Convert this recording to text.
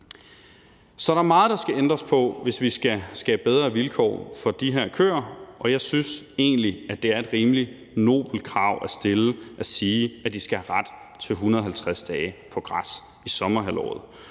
Så der er meget, der skal ændres på, hvis vi skal skabe bedre vilkår for de her køer, og jeg synes egentlig, at det er et rimelig nobelt krav at stille, at de skal have ret til 150 dage på græs i sommerhalvåret.